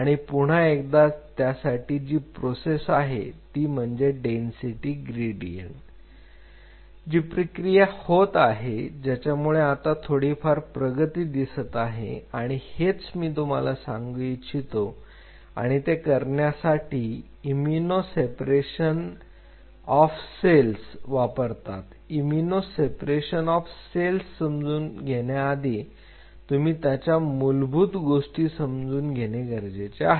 आणि पुन्हा एकदा त्यासाठी जी प्रोसेस आहे ती म्हणजे डेन्सिटी ग्रेडियंट जी प्रक्रिया होत आहे त्याच्यामुळे आता थोडीफार प्रगती दिसत आहे आणि हेच मी तुम्हाला सांगू इच्छितो आणि ते करण्यासाठी इमिनो सेपरेशन ऑफ सेल्स वापरतात इमिनो सेपरेशन ऑफ सेल्स समजून घेण्याआधी तुम्ही त्याच्या मूलभूत गोष्टी समजून घेणे गरजेचे आहे